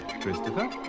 Christopher